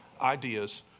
ideas